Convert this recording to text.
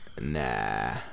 nah